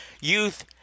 youth